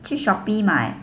去 Shopee 买